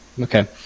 Okay